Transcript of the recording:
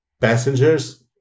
Passengers